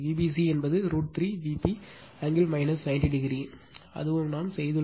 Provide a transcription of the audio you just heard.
Vbc என்பது √ 3 Vp angle 90o அதுவும் நாம் செய்துள்ளோம்